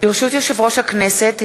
ברשות יושב-ראש הכנסת,